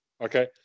Okay